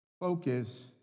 focus